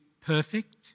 perfect